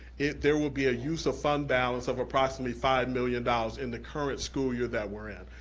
there will be a use of fund balance of approximately five million dollars in the current school year that we're in.